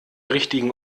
richtigen